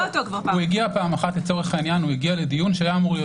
נותן דוגמה הוא היה אמור להגיע לדיון שהיה אמור להיות